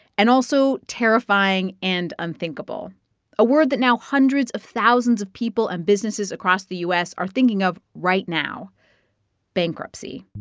and also terrifying and unthinkable a word that now hundreds of thousands of people and businesses across the u s. are thinking of right now bankruptcy